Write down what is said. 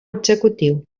executiu